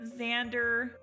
Xander